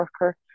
worker